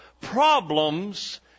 problems